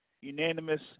unanimous